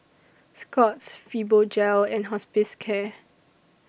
Scott's Fibogel and Hospicare